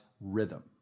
rhythm